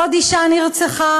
עוד אישה נרצחה.